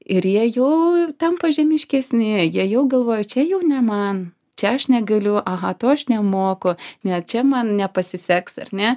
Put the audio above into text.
ir jie jau tampa žemiškesni jie jau galvoja čia jau ne man čia aš negaliu aha to aš nemoku ne čia man nepasiseks ar ne